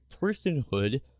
personhood